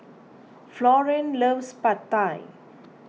Florene loves Pad Thai